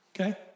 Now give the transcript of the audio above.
okay